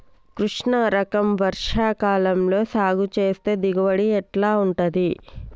కృష్ణ రకం వర్ష కాలం లో సాగు చేస్తే దిగుబడి ఎట్లా ఉంటది?